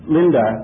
Linda